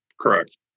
Correct